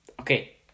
Okay